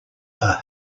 are